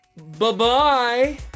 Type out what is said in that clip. Bye-bye